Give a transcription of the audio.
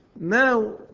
now